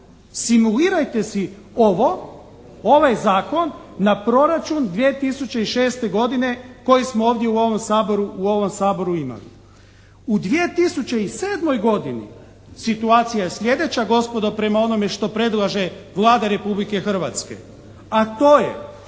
Simulirajte si ovo, ovaj zakon na proračun 2006. godine koji smo ovdje u ovom Saboru imali. U 2007. godini situacija je slijedeća gospodo prema onome što predlaže Vlada Republike Hrvatske, a to je